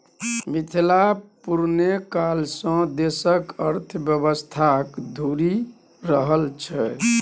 मिथिला पुरने काल सँ देशक अर्थव्यवस्थाक धूरी रहल छै